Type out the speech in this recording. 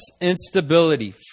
instability